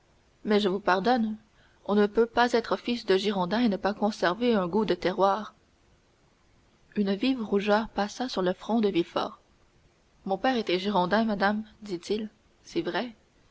mais je vous pardonne on ne peut pas être fils de girondin et ne pas conserver un goût de terroir une vive rougeur passa sur le front de villefort mon père était girondin madame dit-il c'est vrai